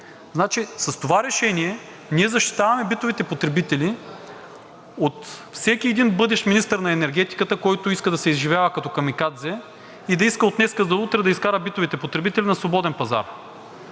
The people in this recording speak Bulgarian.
С това решение ние защитаваме битовите потребители от всеки един бъдещ министър на енергетиката, който иска да се изживява като камикадзе и да иска от днес за утре да изкара битовите потребители на свободен пазар